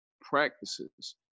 practices